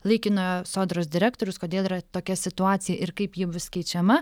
laikinojo sodros direktorius kodėl yra tokia situacija ir kaip ji bus keičiama